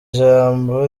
jambo